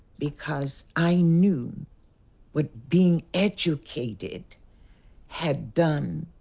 because i knew what being educated had done